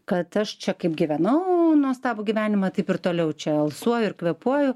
kad aš čia kaip gyvenau nuostabų gyvenimą taip ir toliau čia alsuoju ir kvėpuoju